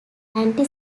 anti